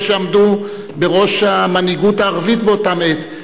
שעמדו בראש המנהיגות הערבית באותה עת.